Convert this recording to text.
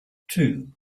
two